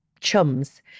chums